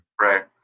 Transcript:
right